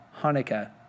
Hanukkah